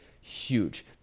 huge